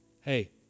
Hey